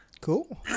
Cool